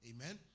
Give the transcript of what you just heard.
Amen